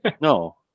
no